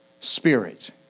Spirit